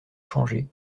changée